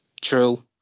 True